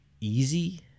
easy